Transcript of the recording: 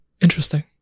Interesting